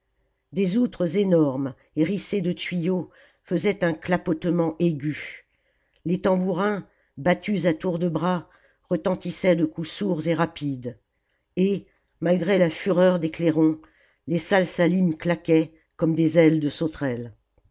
des outres énormes hérissées de tuyaux faisaient un clapotement aigu les tambourins battus à tour de bras retentissaient de coups sourds et rapides et malgré la fureur des clairons les salsalim claquaient comme des ailes de sauterelle